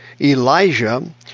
Elijah